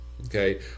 Okay